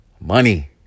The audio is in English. money